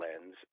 lens